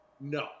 No